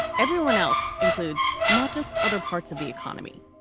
everyone else includes not just other parts of the economy,